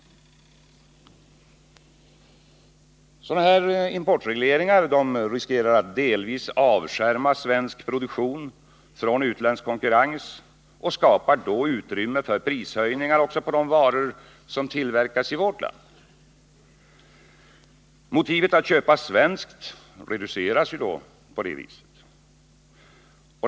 Genom sådana här importregleringar riskerar man att delvis avskärma svensk produktion från utländsk konkurrens och skapar då utrymme för prishöjningar också på de varor som tillverkas i vårt land. Motivet för att köpa svenskt reduceras på det viset.